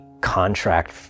contract